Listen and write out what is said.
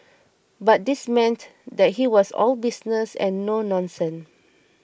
but this meant that he was all business and no nonsense